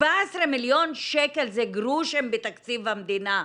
17 מיליון שקל זה גרושים בתקציב המדינה.